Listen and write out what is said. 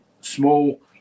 small